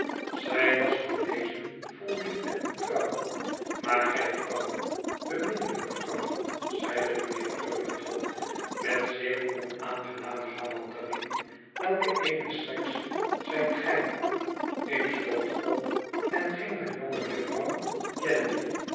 zij was een wezen vol liefde en trouw maar gij vrouwen beminnelijke vrouwen zeide mijnheer turveydrop met zeer onaangename galanterie welk eene sekse zijt gij ik stond op en ging naar jonge